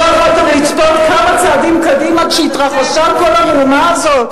לא יכולתם לצפות כמה צעדים קדימה כשהתרחשה כל המהומה הזאת,